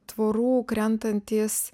tvorų krentantys